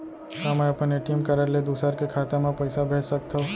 का मैं अपन ए.टी.एम कारड ले दूसर के खाता म पइसा भेज सकथव?